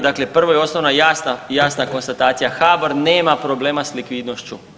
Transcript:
Dakle, prvo i osnovno jasna konstatacija HABOR nema problema s likvidnošću.